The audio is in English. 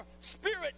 spirit